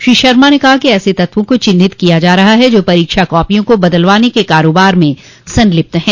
श्री शर्मा ने कहा कि ऐसे तत्वों को चिन्हित किया जा रहा है जो परीक्षा कापियों को बदलवाने के कारोबार में संलिप्त है